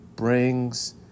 Brings